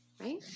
Right